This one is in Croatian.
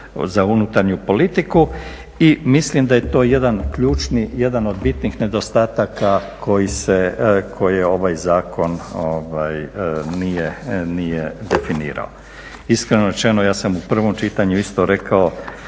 za unutarnju politiku. Mislim da je to jedan ključni, jedan od bitnih nedostataka koje ovaj zakon nije definirao. Iskreno rečeno ja sam u prvom čitanju isto rekao